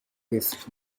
his